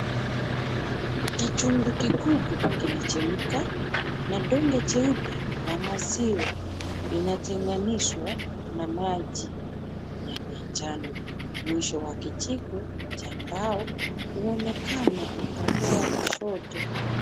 Kichungu kikubwa kinachemka, na donge cheupe la maziwa lina tenganishwa na maji. Ya manjano. Mwisho wa kijiko cha mbao huonekana upande wa kushoto.